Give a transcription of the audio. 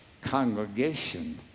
congregation